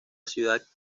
ciudad